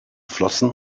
flossen